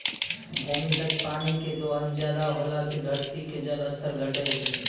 भूमिगत पानी के दोहन ज्यादा होला से धरती के जल स्तर घटै छै